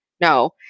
No